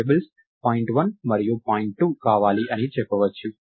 variables point 1 మరియు point 2 కావాలి అని చెప్పవచ్చు